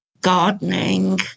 gardening